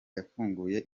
yafunguye